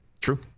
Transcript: True